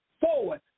forward